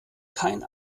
kein